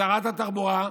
שרת התחבורה,